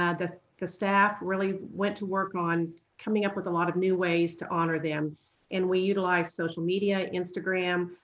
ah the the staff really went to work on coming up with a lot of new ways to honor them and we utilized social media, instagram,